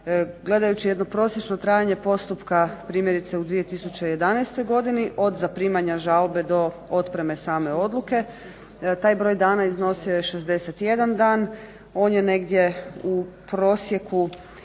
gledajući jedno prosječno trajanje postupka primjerice u 2011.godini od zaprimanja žalbe do otpreme same odluke taj broj dana iznosio je 61 dan. On je negdje u prosjeku